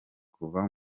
kuva